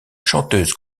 chanteuses